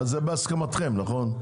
זה בהסכמתם, נכון?